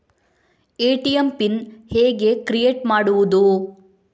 ATM PIN ಹೇಗೆ create ಮಾಡುವುದು?